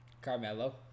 Carmelo